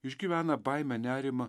išgyvena baimę nerimą